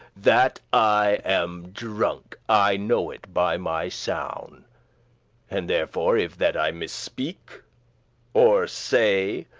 that i am drunk, i know it by my soun' and therefore if that i misspeak or say,